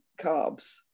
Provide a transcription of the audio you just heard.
carbs